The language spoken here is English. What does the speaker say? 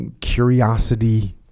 Curiosity